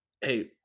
hey